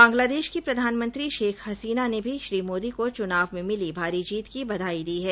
बांग्लादेश की प्रधानमंत्री शेख हसीना ने श्री मोदी को चुनाव में मिली भारी जीत की बधाई दी है